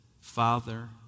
Father